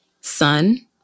sun